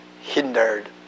hindered